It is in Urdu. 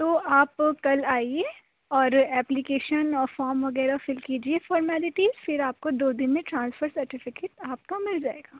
تو آپ کل آئیے اور ایپلیکیشن اور فارم وغیرہ فل کیجیے فارمیلٹی پھر آپ کو دو دِن میں ٹرانسفر سرٹیفکٹ آپ کا مل جائے گا